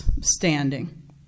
standing